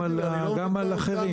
גם על אחרים.